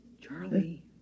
Charlie